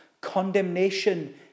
condemnation